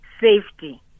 safety